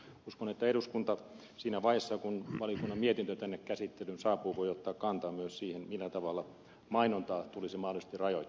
uskon että eduskunta siinä vaiheessa kun valiokunnan mietintö tänne käsittelyyn saapuu voi ottaa kantaa myös siihen millä tavalla mainontaa tulisi mahdollisesti rajoittaa